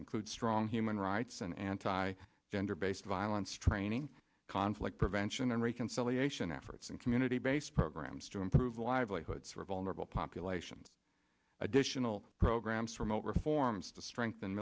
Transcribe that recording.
include strong human rights and anti gender based violence training conflict prevention and reconciliation efforts and community based programs to improve livelihoods for vulnerable populations additional programs remote reforms to strengthen